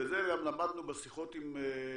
וזה למדנו גם בשיחות עם הנורבגים,